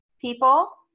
people